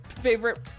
favorite